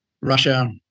Russia